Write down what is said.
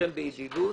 בידידות